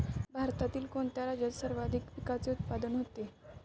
भारतातील कोणत्या राज्यात सर्वाधिक पिकाचे उत्पादन होते?